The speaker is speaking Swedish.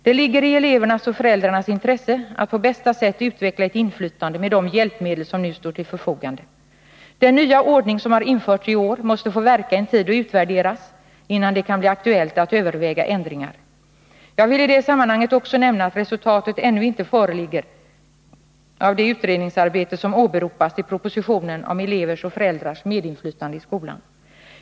Det ligger i elevernas och föräldrarnas intresse att på bästa sätt utveckla ett inflytande med de hjälpmedel som nu står till förfogande. Den nya ordning som har införts i år måste få verka en tid och utvärderas innan det kan bli aktuellt att överväga ändringar. Jag vill i det sammanhanget också nämna att resultatet ännu inte föreligger av det utredningsarbete som åberopas i propositionen om elevers och föräldrars medinflytande i skolan.